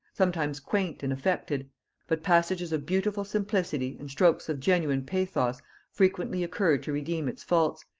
sometimes quaint and affected but passages of beautiful simplicity and strokes of genuine pathos frequently occur to redeem its faults,